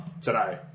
today